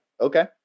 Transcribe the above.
Okay